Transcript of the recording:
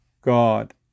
God